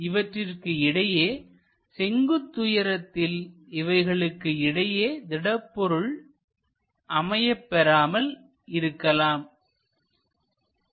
இவற்றிற்கு இடையே செங்குத்துஉயரத்தில் இவைகளுக்கு இடையே திடப்பொருள் அமையப் பெறாமல் இருக்கலாம்